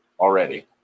already